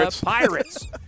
Pirates